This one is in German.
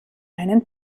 einen